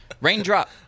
Raindrop